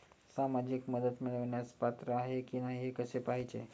सामाजिक मदत मिळवण्यास पात्र आहे की नाही हे कसे पाहायचे?